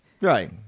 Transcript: Right